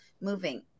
moving